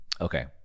Okay